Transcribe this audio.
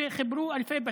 שחיברו אלפי בתים.